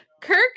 Kirk